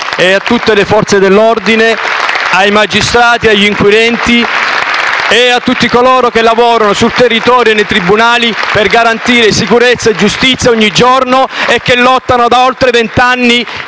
e alle Forze dell'ordine, ai magistrati, agli inquirenti e a tutti coloro che lavorano sul territorio e nei tribunali per garantire sicurezza e giustizia e che ogni giorno da oltre vent'anni